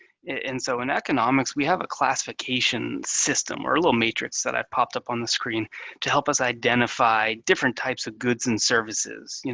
so in economics, we have a classification system, or a little matrix that i've popped up on the screen to help us identify different types of goods and services. you know